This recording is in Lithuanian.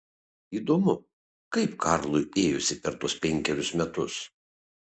įdomu kaip karlui ėjosi per tuos penkerius metus